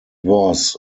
was